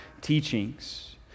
teachings